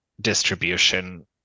Distribution